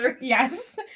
Yes